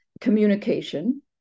communication